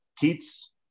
kids